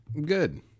Good